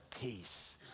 peace